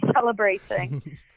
celebrating